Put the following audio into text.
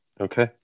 Okay